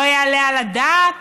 לא יעלה על הדעת,